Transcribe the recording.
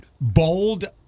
bold